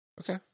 Okay